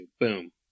Boom